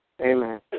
Amen